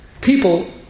People